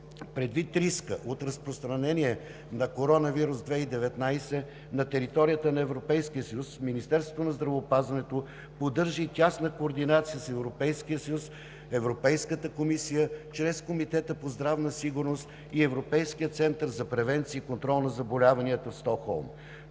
Предвид риска от разпространение на коронавирус 2019 на територията на Европейския съюз, Министерството на здравеопазването поддържа и тясна координация с Европейския съюз, Европейската комисия чрез Комитета по здравна сигурност и Европейския център за превенция и контрол на заболяванията в Стокхолм.